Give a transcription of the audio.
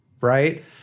right